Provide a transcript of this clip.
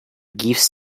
gives